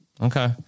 okay